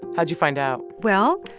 how did you find out? well,